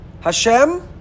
Hashem